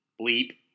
bleep